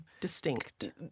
Distinct